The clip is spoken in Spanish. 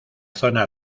zona